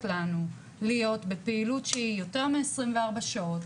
לנו להיות בפעילות שהיא יותר מעשרים וארבע שעות,